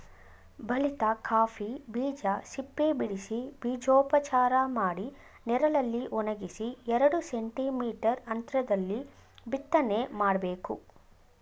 ಬಲಿತ ಕಾಫಿ ಬೀಜ ಸಿಪ್ಪೆಬಿಡಿಸಿ ಬೀಜೋಪಚಾರ ಮಾಡಿ ನೆರಳಲ್ಲಿ ಒಣಗಿಸಿ ಎರಡು ಸೆಂಟಿ ಮೀಟರ್ ಅಂತ್ರದಲ್ಲಿ ಬಿತ್ತನೆ ಮಾಡ್ಬೇಕು